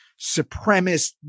supremacist